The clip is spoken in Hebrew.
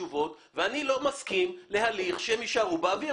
תשובות ואני לא מסכים להליך שהם יישארו באוויר.